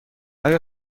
آیا